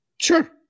Sure